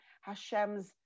Hashem's